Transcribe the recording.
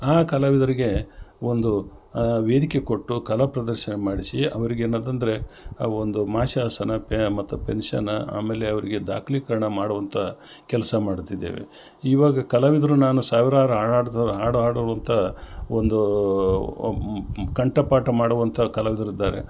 ಆ ಕಲಾವಿದರಿಗೆ ಒಂದು ವೇದಿಕೆ ಕೊಟ್ಟು ಕಲಾಪ್ರದರ್ಶನ ಮಾಡಿಸಿ ಅವರಿಗೆ ಏನದಂದರೆ ಒಂದು ಮತ್ತು ಪೆನ್ಶನ ಆಮೇಲೆ ಅವರಿಗೆ ದಾಖ್ಲೀಕರಣ ಮಾಡುವಂಥ ಕೆಲಸ ಮಾಡ್ತಿದ್ದೇವೆ ಇವಾಗ ಕಲಾವಿದರು ನಾನು ಸಾವಿರಾರು ಹಾಡು ಹಾಡುವಂಥ ಒಂದು ಕಂಠಪಾಠ ಮಾಡುವಂಥ ಕಲಾವಿದರಿದ್ದಾರೆ